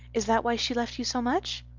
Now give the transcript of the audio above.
is that why she left you so much?